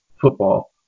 football